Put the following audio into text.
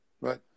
right